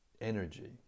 energy